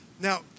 Now